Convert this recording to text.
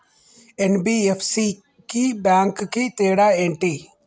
NBFC కి bank కి తేడా ఏంటి?